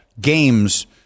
games –